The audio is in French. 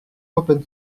open